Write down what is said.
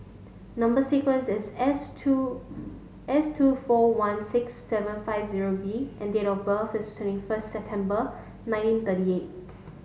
number sequence is S two S two four one six seven five zero B and date of birth is twenty first September nineteen thirty eight